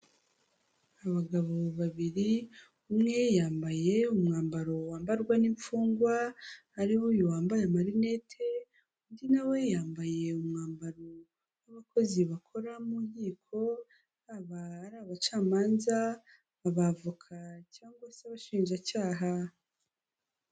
Abagabo babiri umwe yambaye umwambaro wambarwa n'imfungwa, ari n'uyu wambaye amarinete, undi nawe yambaye umwambaro w'abakozi bakora mu nkiko, haba ari abacamanza, ababavoka cyangwa se abashinjacyaha.